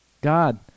god